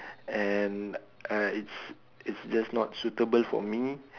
and uh it's it's just not suitable for me